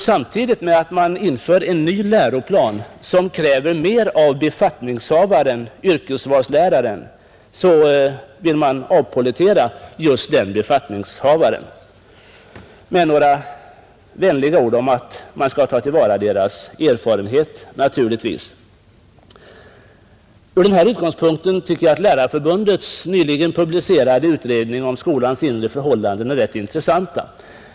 Samtidigt med att man inför en ny läroplan som kräver mer av yrkesvalslärarna, så vill man avpollettera just dessa befattningshavare med några vänliga ord att man naturligtvis skall ta till vara deras erfarenhet. Med den här utgångspunkten tycker jag att Lärarförbundets nyligen publicerade utredning om skolans inre förhållanden är rätt intressant.